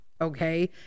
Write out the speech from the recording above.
Okay